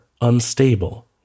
Unstable